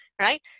right